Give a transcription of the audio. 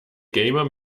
gamer